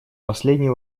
последний